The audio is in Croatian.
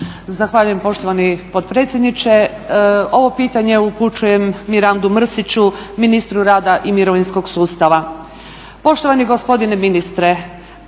Zahvaljujem poštovani potpredsjedniče. Ovo pitanje upućujem Mirandu Mrsiću, ministru rada i mirovinskog sustava. Poštovani gospodine ministre